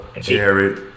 Jared